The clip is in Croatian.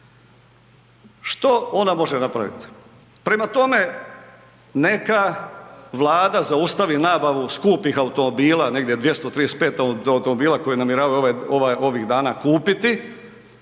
Što ona može napraviti? Prema tome, neka Vlada zaustavi nabavu skupih automobila negdje 235 automobila koje namjeravaju ovih dana kupiti,